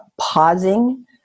pausing